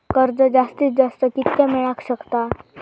कर्ज जास्तीत जास्त कितक्या मेळाक शकता?